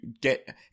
get